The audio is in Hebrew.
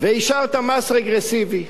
ואישרת מס רגרסיבי,